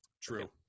true